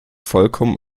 vollkommen